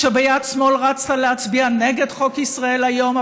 כשביד שמאל רצת להצביע נגד חוק ישראל היום,